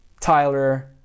tyler